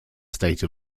state